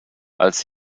als